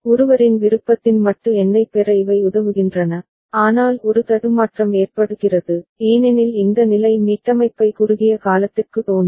ஒருவரின் விருப்பத்தின் மட்டு எண்ணைப் பெற இவை உதவுகின்றன ஆனால் ஒரு தடுமாற்றம் ஏற்படுகிறது ஏனெனில் இந்த நிலை மீட்டமைப்பை குறுகிய காலத்திற்கு தோன்றும்